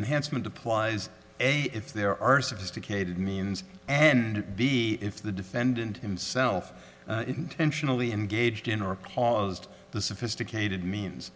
enhancement applies if there are sophisticated means and b if the defendant himself intentionally engaged in or caused the sophisticated means